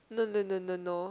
no no no no no